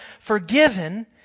forgiven